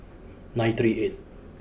nine three eight